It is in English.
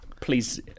Please